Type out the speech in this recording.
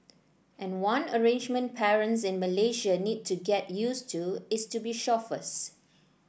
and one arrangement parents in Malaysia need to get used to is to be chauffeurs